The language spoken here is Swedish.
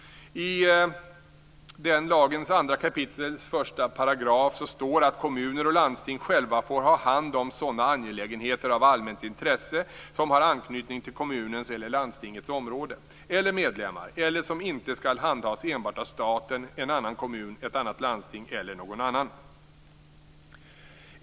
I den lagens 2 kap. 1 § står det att kommuner och landsting själva får ha hand om sådana angelägenheter av allmänt intresse som har anknytning till kommunens eller landstingets område eller medlemmar och som inte skall handhas enbart av staten, en annan kommun, ett annat landsting eller någon annan.